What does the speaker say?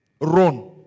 run